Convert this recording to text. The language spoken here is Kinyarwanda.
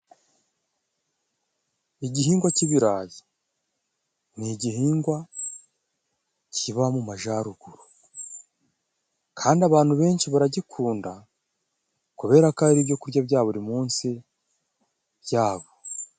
Igihingwa cy'ibirayi ni igihingwa kiba mu Majyaruguru, kandi abantu benshi baragikunda kubera ko ari ibyo kurya bya buri munsi byabo.